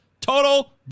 total